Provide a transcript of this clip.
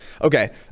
Okay